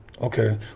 Okay